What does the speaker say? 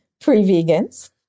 pre-vegans